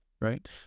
Right